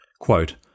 Quote